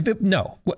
No